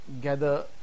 gather